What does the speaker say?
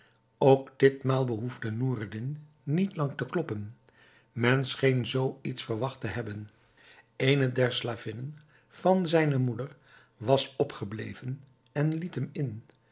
ook ditmaal behoefde noureddin niet lang te kloppen men scheen zoo iets verwacht te hebben eene der slavinnen van zijne moeder was opgebleven en liet hem in